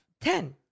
Ten